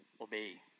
obey